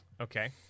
Okay